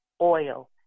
oil